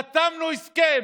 חתמנו הסכם,